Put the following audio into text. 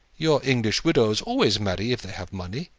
your english widows always marry if they have money.